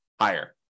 higher